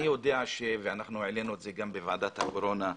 אני יודע, וגם העלינו את זה בוועדת הקורונה,